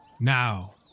Now